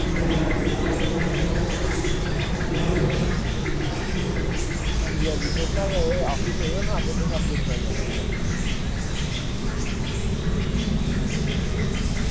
ते तुस अपने ऑफिस आयो ना ते तुस अपनी पसंद दा लेई लैयो